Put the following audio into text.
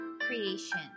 Creation